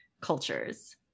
cultures